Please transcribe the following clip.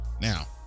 Now